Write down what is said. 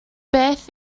beth